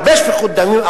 להרבה שפיכות דמים,